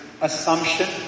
assumption